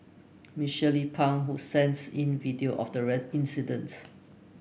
Miss Shirley Pang who sent in video of the incident